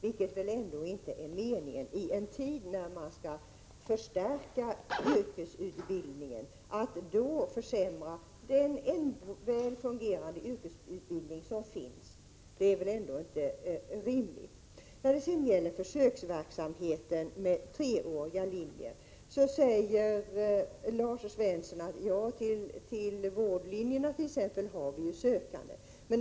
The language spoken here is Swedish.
Det är väl inte meningen att man skall försämra den fungerande, befintliga yrkesutbildningen i en tid när man skall förstärka yrkesutbildningen. Det är väl ändå inte rimligt? När det sedan gäller försöksverksamheten med treåriga linjer säger Lars Svensson att vi t.ex. har sökande till vårdlinjerna.